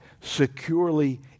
securely